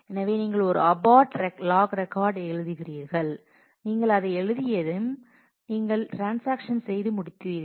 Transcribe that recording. எனவே நீங்கள் ஒரு அபார்ட் லாக் ரெக்கார்டு எழுதுகிறீர்கள் நீங்கள் அதை எழுதியதும் நீங்கள் ட்ரான்ஸாக்ஷன்ஸ் செய்து முடித்தீர்கள்